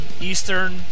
Eastern